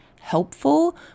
helpful